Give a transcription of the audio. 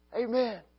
Amen